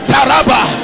Taraba